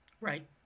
Right